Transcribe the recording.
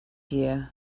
year